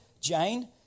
Jane